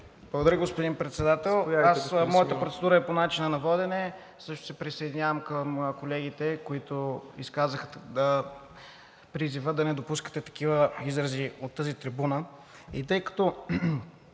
Благодаря, господин Председател. Моята процедура е по начина на водене. Също се присъединявам към колегите, които изказаха призива да не допускате такива изрази от тази трибуна.